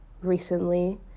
recently